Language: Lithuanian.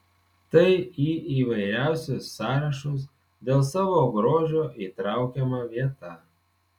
tai į įvairiausius sąrašus dėl savo grožio įtraukiama vieta